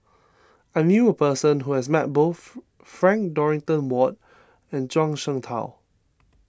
I knew a person who has met both Frank Dorrington Ward and Zhuang Shengtao